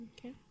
okay